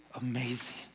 amazing